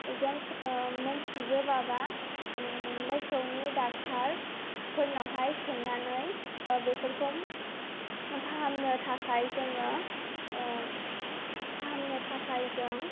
जों मिन्थिजोबाबा मोसौनि ड'क्टरफोरनावहाय संनानै बेफोरखौ फाहामनो थाखाय जोङो फाहामनो थाखाय जों